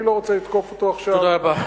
אני לא רוצה לתקוף אותו עכשיו, תודה רבה.